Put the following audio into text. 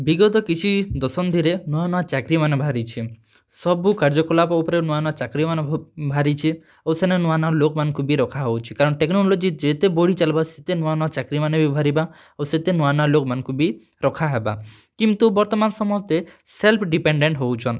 ବିଗତ କିଛି ଦଶନ୍ଧିରେ ନୂଆଁ ନୂଆଁ ଚାକ୍ରିମାନେ ବାହାରିଛେ ସବୁ କାର୍ଯ୍ୟ କଲାପ୍ ଉପ୍ରେ ନୂଆଁ ନୂଆଁ ଚାକ୍ରୀମାନ୍ ବହୁତ୍ ବହାରିଛେ ଆଉ ସେନେ ନୂଆଁ ନୂଆଁ ଲୋକ୍ ମାନ୍ଙ୍କୁ ବି ରଖା ହେଉଛେ କାରଣ ଟେକ୍ନୋଲୋଜି ଯେତେ ବଢ଼ି ଚାଲ୍ବା ସେଟା ନୂଆଁ ନୂଆଁ ଚାକ୍ରୀମାନ୍ ବି ବାହାରିବା ଆଉ ସେତେ ନୂଆଁ ନୂଆଁ ଲୋକ୍ କୁ ବି ରଖାହେବା କିନ୍ତୁ ବର୍ତ୍ତମାନ୍ ସମସ୍ତେ ସେଲ୍ଫ ଡ଼ିପେନ୍ଡ଼େଣ୍ଟ୍ ହେଉଛନ୍